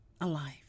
alive